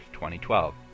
2012